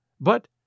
but